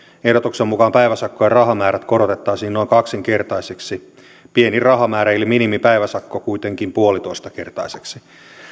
ehdotuksen mukaan päiväsakkojen rahamäärät korotettaisiin noin kaksinkertaisiksi pienin rahamäärä eli minimipäiväsakko kuitenkin puolitoistakertaiseksi